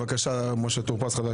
בבקשה, חבר הכנסת משה טור פז.